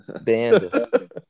Band